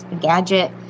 gadget